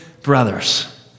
brothers